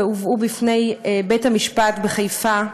שהובאו ונשמעו לפני בית-המשפט בחיפה,